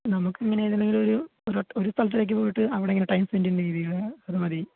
നമ്മൾക്ക് ഇങ്ങനെ ഏതിലെങ്കിലും ഒരു ഒരു ഒരു സ്ഥലത്തേക്ക് പോയിട്ട് അവിടെ ഇങ്ങനെ ടൈം സ്പെൻ്റ് ചെയ്യുന്ന രീതിയിൽ അതു മതി